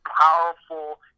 powerful